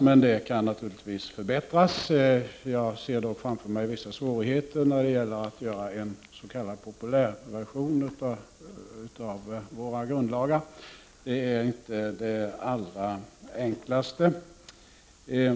Detta kan naturligtvis förbättras. Jag ser dock framför mig vissa svårigheter när det gäller att göra en s.k. populärversion av våra grundlagar, det är inte det allra enklaste.